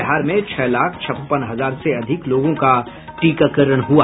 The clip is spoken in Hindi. बिहार में छह लाख छप्पन हजार से अधिक लोगों का टीकाकरण हुआ